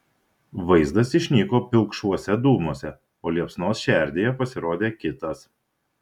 vaizdas išnyko pilkšvuose dūmuose o liepsnos šerdyje pasirodė kitas